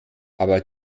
aber